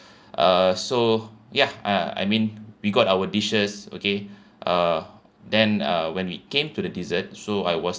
uh so ya uh I mean we got our dishes okay uh then uh when we came to the dessert so I was